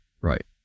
Right